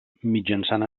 mitjançant